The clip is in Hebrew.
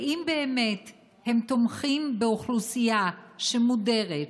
ואם באמת הם תומכים באוכלוסייה שמודרת,